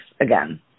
again